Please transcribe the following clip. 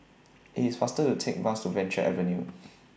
IT IS faster to Take The Bus Venture Avenue